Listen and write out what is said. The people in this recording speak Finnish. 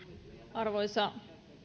arvoisa